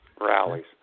Rallies